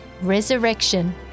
Resurrection